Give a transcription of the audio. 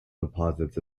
deposits